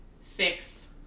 Six